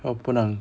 我不能